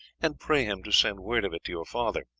and pray him to send word of it to your father.